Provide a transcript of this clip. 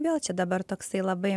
vėl čia dabar toksai labai